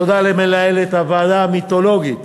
תודה למנהלת הוועדה המיתולוגית